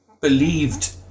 believed